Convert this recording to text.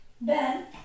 Ben